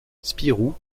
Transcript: spirou